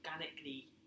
organically